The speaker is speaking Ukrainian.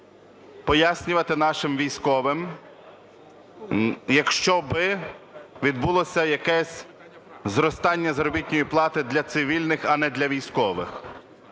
пояснювати нашим військовим, якщо би відбулося якесь зростання заробітної плати для цивільних, а не для військових?